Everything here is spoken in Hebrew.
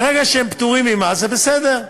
ברגע שהם פטורים ממס זה בסדר.